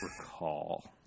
recall